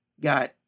got